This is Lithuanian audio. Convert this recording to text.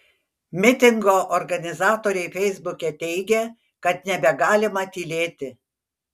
mitingo organizatoriai feisbuke teigė kad nebegalima tylėti